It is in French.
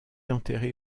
enterrée